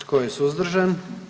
Tko je suzdržan?